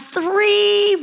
three